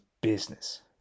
business